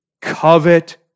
Covet